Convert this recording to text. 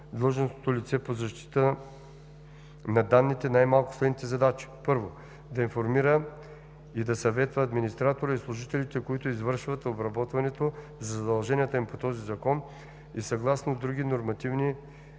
длъжностното лице по защита на данните най-малко следните задачи: 1. да информира и да съветва администратора и служителите, които извършват обработването, за задълженията им по този закон и съгласно други нормативни